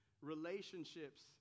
relationships